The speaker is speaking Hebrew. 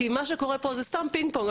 כי מה שקורה פה זה סתם פינג-פונג,